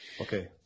Okay